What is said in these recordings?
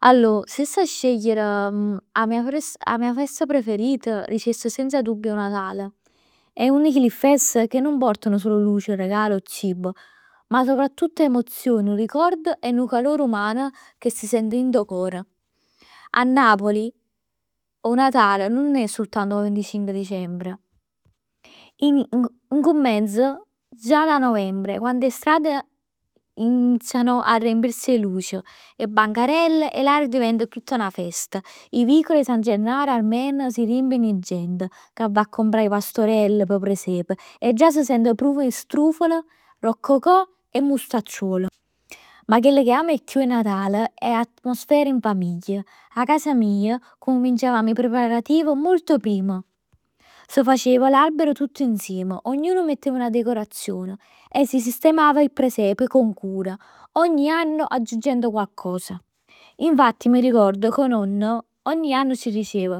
Allor se avess scegliere 'a mia fest, 'a mia fest preferita dicess senza dubbio 'o Natal. È una 'e chelli fest che nun portano solo luce, regali o cibo. Ma soprattutto emozioni, ricordi e nu calore umano ca s'sent dint 'o cor. A Napoli 'o Natale nun è soltanto 'o venticinc dicembre. In in compenso già da novembre quando 'e strade iniziano a riempirsi 'e luci, 'e bancarelle e l'aria diventa tutta 'na festa. 'E vicoli 'e San Gennaro Armeno si riempiono 'e gent, che va a comprà 'e pastorell p' 'o presepe. E già s' sent profum 'e struffoli, roccocò e mustacciuol. Ma chell che amo chiù 'e Natal è l'atmosfera in famiglia. 'A casa mij cominciavamo 'e preparativ molto prima. S' faceva l'albero tutt insiem. Ognuno mettev 'na decorazion. E si sistemava il presepe con cura. Ogni anno aggiungendo coccos. Infatti m'arricord che 'o nonno ogni anno ci dicev,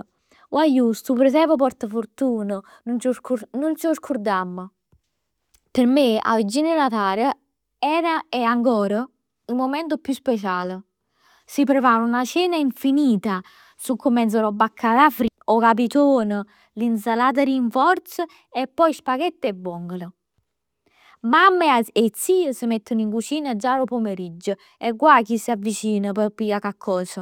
guagliù stu presep porta fortun, nun c' 'o scurdamm. P' me 'a vigilia 'e Natale era ed è ancora 'o mument chiù special. Si prepara 'na cena infinita. S'accummenc d' 'o baccalà fritt, 'o capiton, l'insalat 'e rinforz e poi spaghetti 'e vongole. Mamma e 'e zie s' metten in cucina già d' 'o pomeriggio e guai a chi s'avvicin, p' piglià coccos.